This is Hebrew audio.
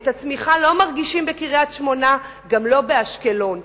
את הצמיחה לא מרגישים בקריית-שמונה וגם לא באשקלון.